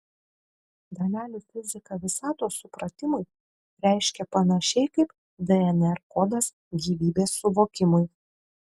dalelių fizika visatos supratimui reiškia panašiai kaip dnr kodas gyvybės suvokimui